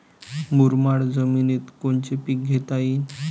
मुरमाड जमिनीत कोनचे पीकं घेता येईन?